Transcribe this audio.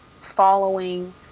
following